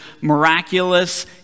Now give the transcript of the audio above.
miraculous